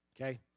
Okay